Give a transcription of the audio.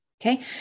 okay